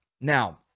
Now